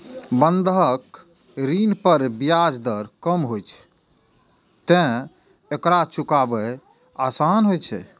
बंधक ऋण पर ब्याज दर कम होइ छैं, तें एकरा चुकायब आसान होइ छै